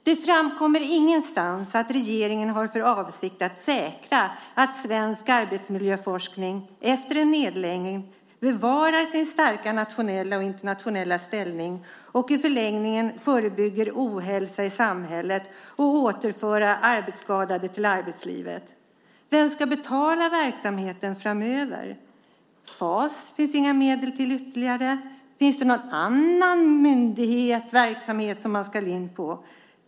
Det framkommer ingenstans att regeringen har för avsikt att säkra att svensk arbetsmiljöforskning efter en nedläggning bevarar sin starka nationella och internationella ställning och i förlängningen förebygger ohälsa i samhället och återför arbetsskadade till arbetslivet. Vem ska betala verksamheten framöver? FAS finns det inga medel till ytterligare. Finns det någon annan myndighet som verksamheten ska in på?